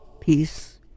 peace